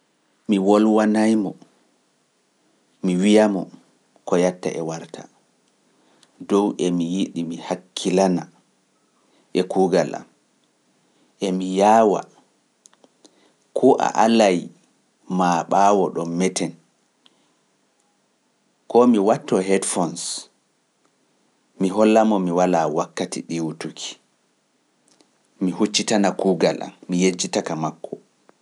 Mi wolwanay mo, mi wiya mo ko yatta e warta, dow e mi yiɗi mi hakkilana e kuugal am, e mi yaawa ko a alai maa ɓaawo ɗo meten, koo mi wattoo headphones, mi holla mo mi walaa wakkati ɗiwutuki, mi huccitana kuugal am, mi yejjita ka makko.